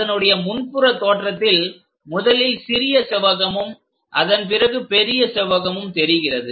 அதனுடைய முன்புற தோற்றத்தில் முதலில் சிறிய செவ்வகமும் அதன்பிறகு பெரிய செவ்வகமும் தெரிகிறது